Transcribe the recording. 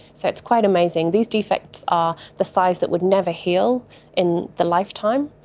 so it's quite amazing, these defects are the size that would never heal in the lifetime,